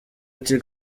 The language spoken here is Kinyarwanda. ati